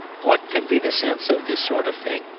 what can be the sense of this sort of thing?